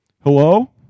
Hello